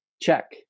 check